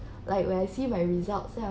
like when I see my results then